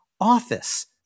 office